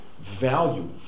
value